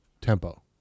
tempo